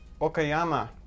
Okayama